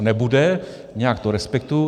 Nebude, nějak to respektuji.